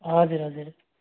हजुर हजुर